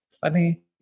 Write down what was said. funny